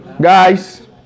guys